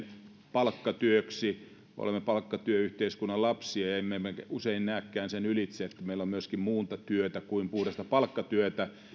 palkkatyöksi olemme palkkatyöyhteiskunnan lapsia emmekä usein näekään sen ylitse että meillä on myöskin muuta työtä kuin puhdasta palkkatyötä